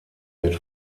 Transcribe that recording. wird